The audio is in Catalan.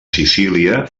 sicília